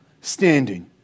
standing